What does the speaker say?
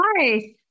Hi